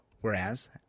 Whereas